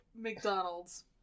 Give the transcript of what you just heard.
McDonald's